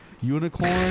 unicorn